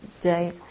day